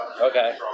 Okay